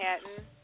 Manhattan